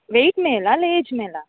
wait ಮೇಲಾ ಅಲ್ಲಾ age ಮೇಲಾ